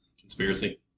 Conspiracy